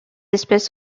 espèce